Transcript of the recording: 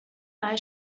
bei